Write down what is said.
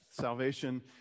Salvation